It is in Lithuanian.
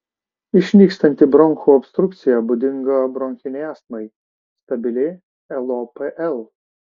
išnykstanti bronchų obstrukcija būdinga bronchinei astmai stabili lopl